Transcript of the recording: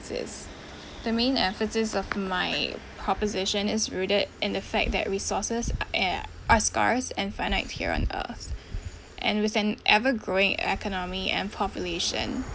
the main emphasis of my proposition is rooted and the fact that resources uh are scarce and finite here on earth and with an ever growing economy and population